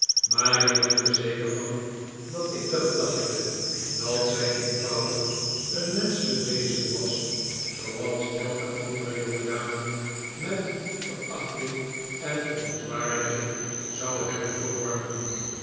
maar ik ben er zeker van dat ik de gedachte dat zij eenvoudig een menschelijk wezen was zooals elke andere jongedame met verachting en verontwaardiging zou hebben verworpen